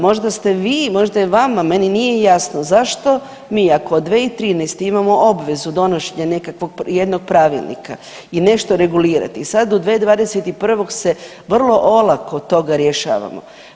Možda ste vi, možda je vama, meni nije jasno zašto mi ako od 2013. imamo obvezu donošenja nekakvog, jednog pravilnika i nešto regulirati i sad u 2021. se vrlo olako toga rješavamo.